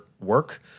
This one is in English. work